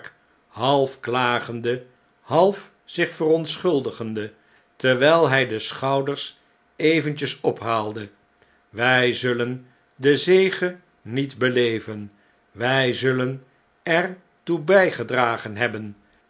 half klagende half zich verontschuldigende terwijl hjj deschouderseventjes ophaalde wij zullen de zege niet beleven wij zullen er toe bijgedragen hebben